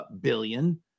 billion